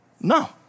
No